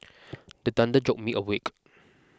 the thunder jolt me awake